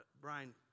Brian